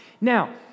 Now